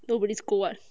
nobody scold [what]